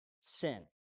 sin